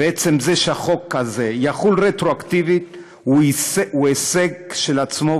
ועצם זה שהחוק הזה יחול רטרואקטיבית הוא הישג כשלעצמו,